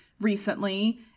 recently